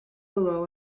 below